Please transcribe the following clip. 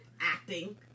acting